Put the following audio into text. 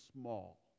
small